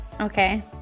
okay